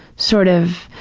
sort of,